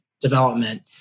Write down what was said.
development